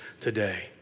today